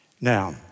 Now